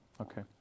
okay